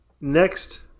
Next